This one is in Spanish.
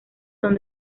son